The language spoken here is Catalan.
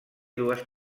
dues